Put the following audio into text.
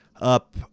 up